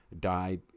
die